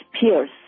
pierce